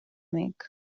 make